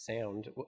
sound